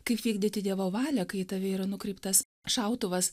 kaip vykdyti dievo valią kai į tave yra nukreiptas šautuvas